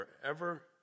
forever